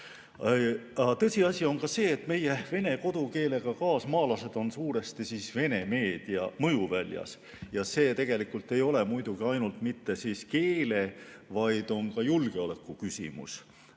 Tõsiasi on ka see, et meie vene kodukeelega kaasmaalased on suuresti Vene meedia mõjuväljas, ja see ei ole muidugi ainult mitte keele‑, vaid on ka julgeolekuküsimus.